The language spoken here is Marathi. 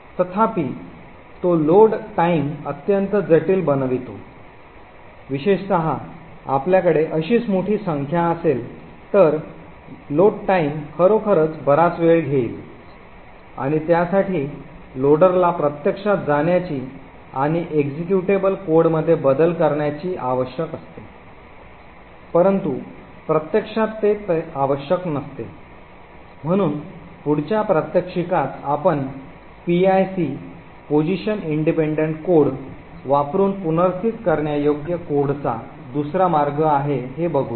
तथापि तो लोड वेळ अत्यंत जटिल बनवितो विशेषत आपल्याकडे अशीच मोठी संख्या असेल तर लोड वेळ खरोखर बराच वेळ घेईल आणि त्यासाठी लोडरला प्रत्यक्षात जाण्याची आणि एक्झिक्युटेबल कोडमध्ये बदल करण्याची आवश्यक असते परंतु प्रत्यक्षात ते आवश्यक नसते म्हणून पुढच्या प्रात्यक्षिकात आपण पीआयसी स्थान स्वतंत्र कोड वापरुन पुनर्स्थित करण्यायोग्य कोडचा दुसरा मार्ग आहे हे बघूया